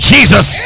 Jesus